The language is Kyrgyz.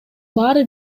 баары